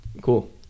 cool